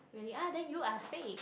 really ah then you are safe